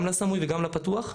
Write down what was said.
גם לסמוי וגם לפתוח,